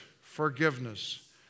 forgiveness